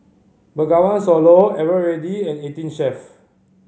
Bengawan Solo Eveready and Eighteen Chef